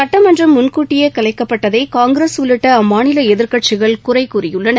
சுட்டமன்றம் முன்கூட்டியே கலைக்கப்பட்டதை காங்கிரஸ் உள்ளிட்ட அம்மாநில எதிர்க்கட்சிகள் குறை கூறியுள்ளன